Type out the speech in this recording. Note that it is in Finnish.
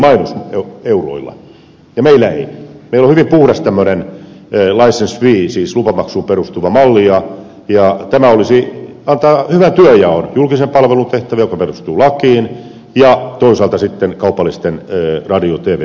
meillä on hyvin puhdas licence fee siis lupamaksuun perustuva malli ja tämä antaa hyvän työnjaon julkisen palvelun tehtävän joka perustuu lakiin ja toisaalta sitten kaupallisten radio ja tv yhtiöiden välille